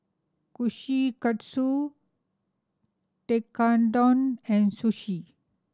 Kushikatsu Tekkadon and Sushi